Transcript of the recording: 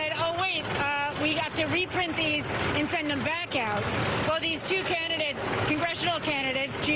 i mean we have to reprint these and send them back out of these two candidates russia candidates,